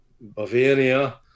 Bavaria